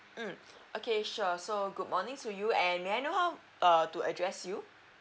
mm okay sure so good morning to you and may I know how err to address you